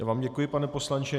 Já vám děkuji, pane poslanče.